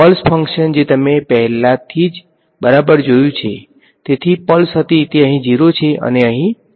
pulse function જે તમે પહેલાથી જ બરાબર જોયું છે તેથી પલ્સ હતી તે અહીં 0 છે અને અહીં 1 છે